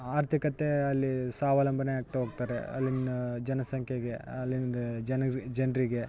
ಆರ್ಥಿಕತೆ ಅಲ್ಲೀ ಸ್ವಾವಲಂಬನೆ ಆಗ್ತಾ ಹೋಗ್ತಾರೆ ಅಲ್ಲಿನ ಜನಸಂಖ್ಯೆಗೆ ಅಲ್ಲಿಂದ ಜನರಿ ಜನರಿಗೆ